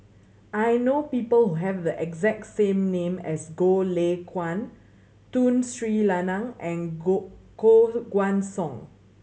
I know people have the exact same name as Goh Lay Kuan Tun Sri Lanang and Koh Guan Song